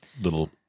little